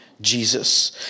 Jesus